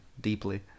deeply